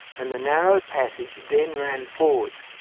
and the narrow passage then ran forwards,